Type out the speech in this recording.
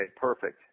perfect